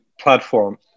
platform